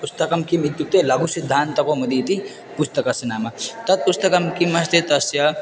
पुस्तकं किम् इत्युक्ते लघुसिद्धान्तकौमुदी इति पुस्तकस्य नाम तत् पुस्तकं किम् अस्ति तस्य